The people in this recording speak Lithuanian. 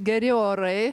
geri orai